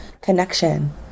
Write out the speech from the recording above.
connection